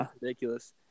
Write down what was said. ridiculous